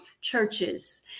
churches